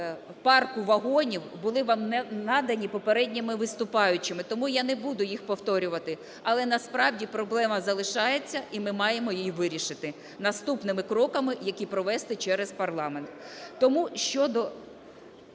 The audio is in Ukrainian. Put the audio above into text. парку вагонів були вам надані попередніми виступаючими, тому я не буду їх повторювати. Але насправді проблема залишається і ми маємо її вирішити наступними кроками, які провести через парламент.